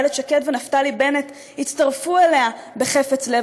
איילת שקד ונפתלי בנט הצטרפו אליה בחפץ לב,